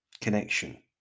connection